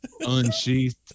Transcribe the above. Unsheathed